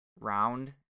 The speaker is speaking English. round